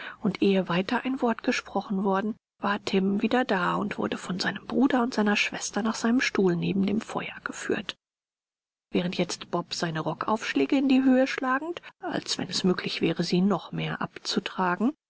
und ehe weiter ein wort gesprochen worden war tim wieder da und wurde von seinem bruder und seiner schwester nach seinem stuhl neben dem feuer geführt während jetzt bob seine rockaufschläge in die höhe schlagend als wenn es möglich wäre sie noch mehr abzutragen